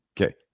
Okay